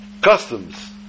customs